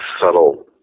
subtle